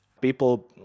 People